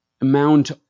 amount